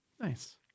Nice